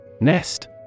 Nest